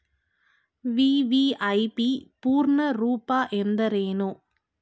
VVIP ಪೂರ್ಣ ರೂಪ ಎಂದರೇನು?